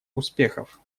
успехов